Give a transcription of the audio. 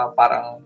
parang